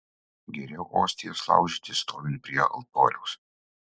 geriau ostijas laužyti stovint prie altoriaus